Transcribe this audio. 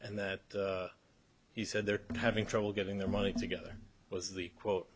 and that he said they're having trouble getting their money together was the quote